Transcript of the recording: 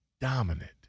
dominant